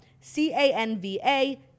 C-A-N-V-A